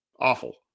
awful